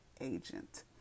agent